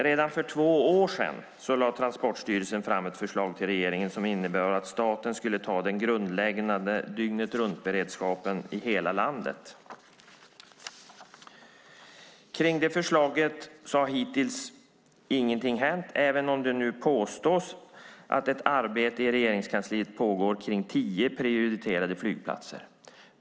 Redan för två år sedan lade Transportstyrelsen fram ett förslag för regeringen som innebar att staten skulle ta den grundläggande dygnetruntberedskapen i hela landet. Det har hittills inte hänt något med det förslaget, även om det nu påstås att ett arbete pågår i Regeringskansliet om tio prioriterade flygplatser.